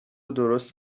درست